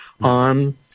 on